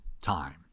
time